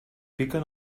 piquen